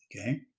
Okay